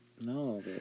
No